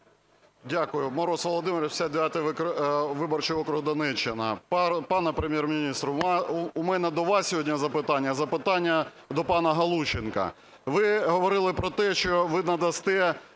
Дякую. Мороз Володимир, 59 виборчий округ, Донеччина. Пане Прем'єр-міністр, у мене не до вас сьогодні запитання, а запитання до пана Галущенка. Ви говорили про те, що ви надасте